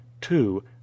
two